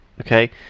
Okay